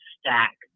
stack